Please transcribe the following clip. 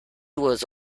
was